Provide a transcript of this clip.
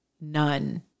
none